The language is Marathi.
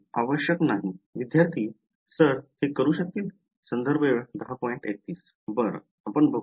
विद्यार्थीः सर हे करू शकतील बरं आपण बघू